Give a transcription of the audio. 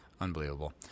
Unbelievable